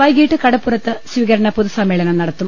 വൈകീട്ട് കടപ്പു റത്ത് സ്വീകരണ പൊതുസമ്മേളനം നടത്തും